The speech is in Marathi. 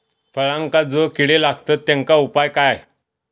फळांका जो किडे लागतत तेनका उपाय काय?